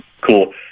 cool